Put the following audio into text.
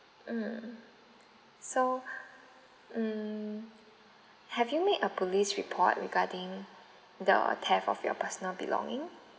mm so mm have you made a police report regarding the theft of your personal belonging